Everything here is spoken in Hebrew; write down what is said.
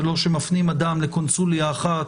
זה לא שמפנים אדם לקונסוליה אחת,